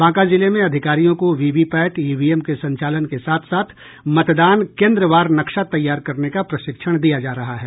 बांका जिले में अधिकारियों को वीवीपैट ईवीएम के संचालन के साथ साथ मतदान केन्द्रवार नक्शा तैयार करने का प्रशिक्षण दिया जा रहा है